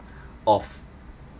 of